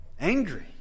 angry